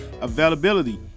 availability